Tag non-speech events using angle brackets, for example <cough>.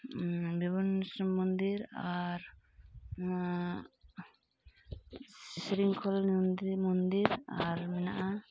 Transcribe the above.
<unintelligible> ᱵᱤᱢᱚᱱᱥᱚ ᱢᱚᱱᱫᱤᱨ ᱟᱨ ᱱᱚᱣᱟ ᱥᱨᱤᱝᱠᱷᱚᱞ ᱢᱚᱱᱫᱤ ᱢᱚᱱᱫᱤᱨ ᱟᱨ ᱢᱮᱱᱟᱜᱼᱟ